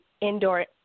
indoor